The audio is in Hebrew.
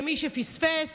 למי שפספס,